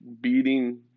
beating